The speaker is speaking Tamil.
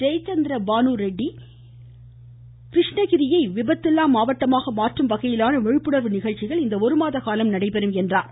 ஜெயச்சந்திரபானு ரெட்டி கிருஷ்ணகிரியை விபத்தில்லா மாவட்டமாக மாற்றும் வகையிலான விழிப்புணர்வு நிகழ்ச்சிகள் இந்த ஒருமாத காலம் நடைபெறும் என்றார்